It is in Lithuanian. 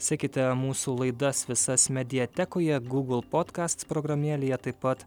sekite mūsų laidas visas mediatekoje google podcast programėlėje taip pat